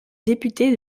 député